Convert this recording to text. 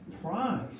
price